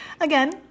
Again